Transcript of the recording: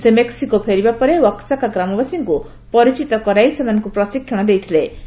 ସେ ମେକ୍ସିକୋ ଫେରିବା ପରେ ୱାକସାକା ଗ୍ରାମବାସୀଙ୍କୁ ପରିଚିତ କରାଇ ସେମାନଙ୍କୁ ପ୍ରଶିକ୍ଷଣ ଦେଇଥିଳେ